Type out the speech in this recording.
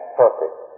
perfect